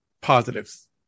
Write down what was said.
positives